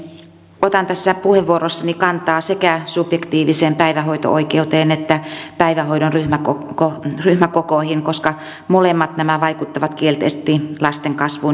otan tässä puheenvuorossani kantaa sekä subjektiiviseen päivähoito oikeuteen että päivähoidon ryhmäkokoihin koska molemmat nämä vaikuttavat kielteisesti lasten kasvuun ja kehitykseen